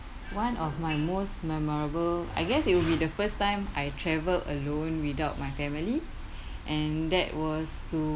one of my most memorable I guess it will be the first time I travelled alone without my family and that was to